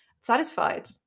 satisfied